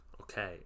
Okay